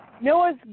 Noah's